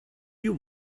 you